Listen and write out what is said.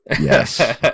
yes